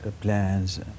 plans